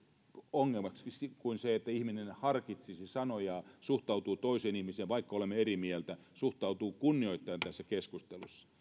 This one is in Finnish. ongelma kuin se että ihminen harkitsisi sanojaan suhtautuisi toiseen ihmiseen vaikka olemme eri mieltä kunnioittaen tässä keskustelussa